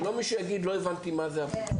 שלא יהיה מי שיגיד לא הבנתי מה זה אפוטרופוס.